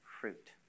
fruit